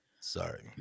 Sorry